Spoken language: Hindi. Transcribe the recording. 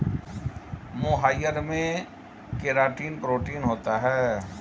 मोहाइर में केराटिन प्रोटीन होता है